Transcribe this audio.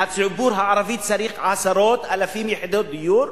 והציבור הערבי צריך עשרות אלפים יחידות דיור,